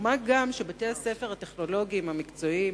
מה גם שבתי-הספר הטכנולוגיים המקצועיים